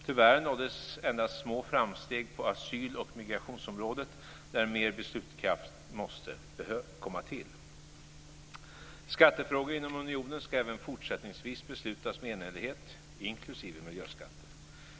Tyvärr nåddes endast små framsteg på asyl och migrationsområdet där mer beslutskraft måste komma till. Skattefrågor inom unionen, inklusive miljöskatter, ska även fortsättningsvis beslutas med enhällighet.